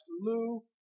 Lou